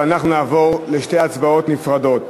אנחנו נעבור לשתי הצבעות נפרדות.